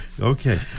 Okay